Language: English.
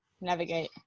navigate